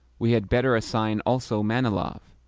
we had better assign also manilov.